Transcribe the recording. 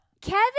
Kevin